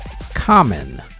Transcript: Common